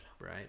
right